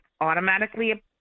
automatically